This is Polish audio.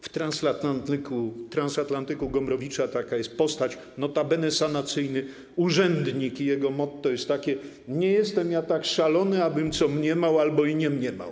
W ˝Transatlantyku˝ Gombrowicza taka jest postać, notabene sanacyjny urzędnik, a jego motto jest takie: nie jestem ja tak szalony, abym co mniemał, albo i nie mniemał.